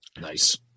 nice